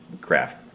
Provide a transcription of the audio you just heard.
craft